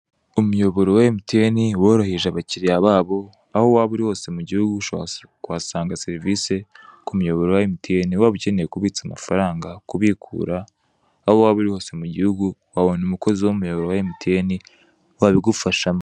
Umuyoboro wa emutiyeni worohereje abakiriya babo, aho waba uri hose mu gihugu ushobora kuhasanga serivise ku muyoboro wa emutiyene waba ukeneye kubitsa amafaranga, kubikura. Aho waba uri hose mu gihugu, wabona umukozi w'umuyoboro wa emutiyeni wabigufashamo.